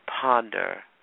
ponder